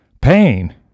pain